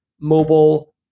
mobile